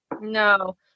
No